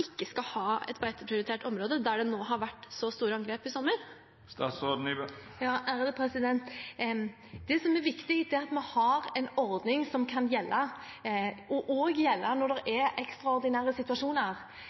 ikke skal ha et beiteprioritert område der det har vært så store angrep nå i sommer? Det viktige er å ha en ordning som kan gjelde også når det